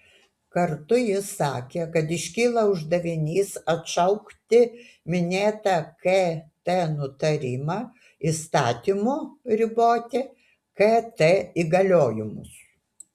kartu jis sakė kad iškyla uždavinys atšaukti minėtą kt nutarimą įstatymu riboti kt įgaliojimus